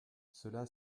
cela